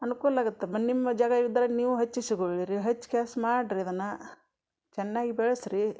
ಅನುಕೂಲಾಗತ್ತೆ ಬ ನಿಮ್ಮ ಜಾಗ ಇದ್ದರೆ ನೀವು ಹಚ್ಚಿಸಿಕೊಳ್ಳಿರಿ ಹಚ್ಚಿ ಕೇಸ್ ಮಾಡಿರಿ ಅದನ್ನು ಚೆನ್ನಾಗಿ ಬೆಳೆಸ್ರಿ